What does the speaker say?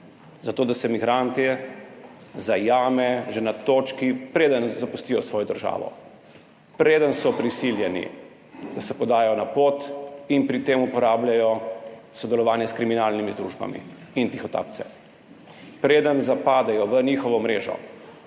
zato da se migrante zajame že na točki, preden zapustijo svojo državo, preden so prisiljeni, da se podajo na pot in pri tem uporabljajo sodelovanje s kriminalnimi združbami in tihotapce, preden zapadejo v njihovo mrežo,